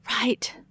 Right